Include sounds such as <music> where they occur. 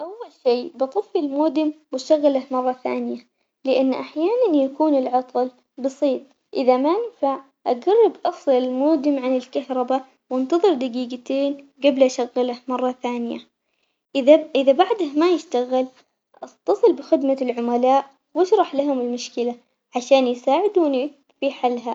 أول شي بطفي المودم وبشغله مرة ثانية، لأنه أحياناً يكون العطل بسيط، إذا ما نفع <unintelligible> المودم عن الكهربا وانتظر دقيقتين قبل لشغله مرة ثانية، إذا إذا بعده ما يشتغل اص- اتصل بخدمة العملاء واشرح لهم المشكلة عشان يساعدونك في حلها.